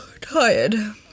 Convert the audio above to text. tired